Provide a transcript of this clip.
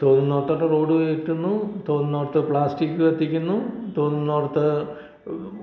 തോന്നുന്ന ഇടത്ത് ഒക്കെ റോഡ് വയ്ക്കുന്നു തോന്നുന്ന ഇടത്ത് പ്ലാസ്റ്റിക്ക് കത്തിക്കുന്നു തോന്നുന്ന ഇടത്ത്